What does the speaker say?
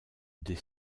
des